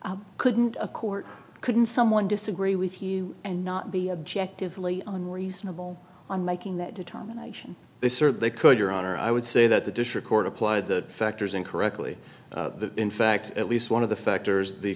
it couldn't a court couldn't someone disagree with you and not be objectively unreasonable on making that determination this or they could your honor i would say that the district court applied the factors incorrectly in fact at least one of the factors the